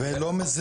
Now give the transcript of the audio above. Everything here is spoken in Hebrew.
כן,